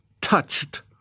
touched